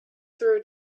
through